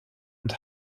und